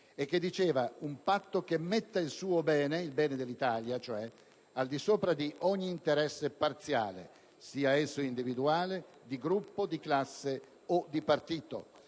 recitava: «Un patto che metta il suo bene» - il bene dell'Italia - «al di sopra di ogni interesse parziale, sia esso individuale, di gruppo, di classe o di partito».